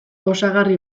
osagarri